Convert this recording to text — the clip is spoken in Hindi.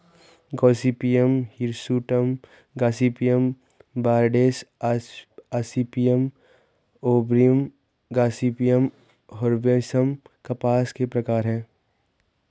Gossypium hirsutum, Gossypium barbadense, Gossypium arboreum, Gossypium herbaceum कपास के प्रकार है